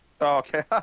Okay